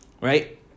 right